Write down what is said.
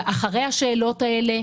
אחרי השאלות האלה,